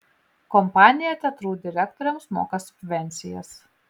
kompanija teatrų direktoriams moka subvencijas